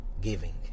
giving